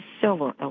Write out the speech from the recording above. silver